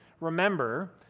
remember